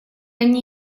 они